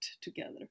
together